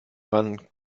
ran